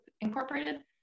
Incorporated